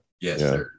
Yes